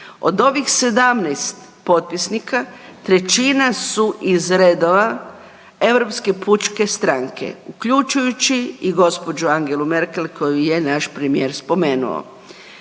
Od ovih 17 potpisnika trećina su iz redova Europske pučke stranke, uključujući i gospođu Angelu Merkel koju je naš premijer spomenuo.